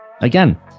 Again